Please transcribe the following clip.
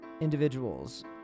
individuals